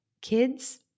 kids